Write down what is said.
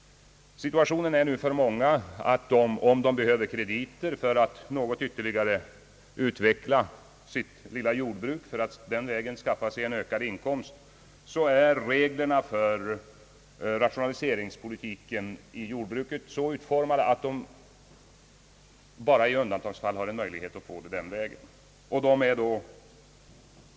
Situationen är nu för många den att om man behöver kredit för att något ytterligare utveckla sitt lilla jordbruk och på den vägen skaffa sig en ökad inkomst, är reglerna för rationaliseringspolitiken i jordbruket så utformade att man bara i undantagsfall har möjlighet att få lantbruksnämndens kreditgaranti för lån.